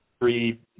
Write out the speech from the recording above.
three